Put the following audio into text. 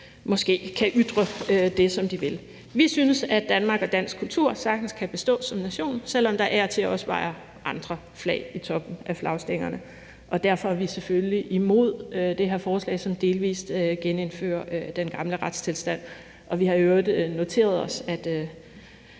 måske kan ytre det, som de vil. Vi synes, at Danmark som nation og dansk kultur sagtens kan bestå, selv om der af og til også vejrer andre flag i toppen af flagstængerne. Derfor er vi selvfølgelig imod det her forslag, som delvis genindfører den gamle retstilstand. Vi har i øvrigt noteret os, at